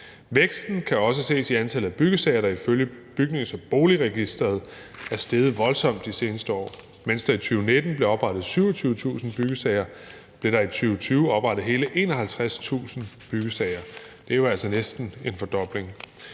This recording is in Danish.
Væksten kan også ses i antallet af byggesager, der ifølge Bygnings- og Boligregistret er steget voldsomt de seneste år. Mens der i 2019 blev oprettet 27.000 byggesager, blev der i 2020 oprettet hele 51.000 byggesager. Det er jo altså næsten en fordobling.